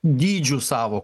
dydžiu savo